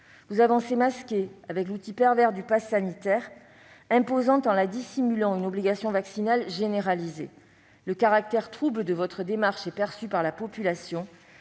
Vous avancez masqués avec l'outil pervers du passe sanitaire, imposant tout en la dissimulant, une obligation vaccinale généralisée. Le caractère trouble de votre démarche est perçu par la population